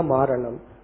Maranam